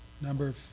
Number